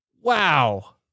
Wow